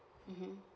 mmhmm